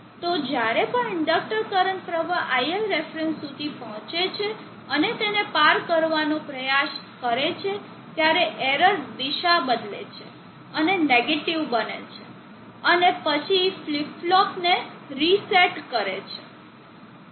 તો જ્યારે પણ ઇન્ડક્ટર કરંટ પ્રવાહ iLref સુધી પહોંચે છે અને તેને પાર કરવાનો પ્રયાસ કરે છે ત્યારે એરર દિશા બદલે છે અને નેગેટીવ બને છે અને પછી ફ્લિપ ફ્લોપને રીસેટ કરે છે